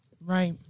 Right